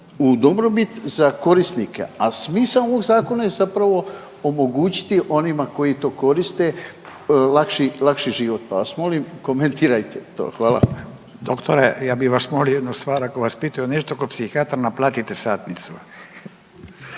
u dobrobit za korisnike, a smisao ovog zakona je zapravo omogućiti onima koji to koriste lakši, lakši život, pa vas molim komentirajte to. Hvala. **Radin, Furio (Nezavisni)** Doktore, ja bi vas molio jednu stvar, ako vas pitam nešto kao psihijatra naplatite satnicu.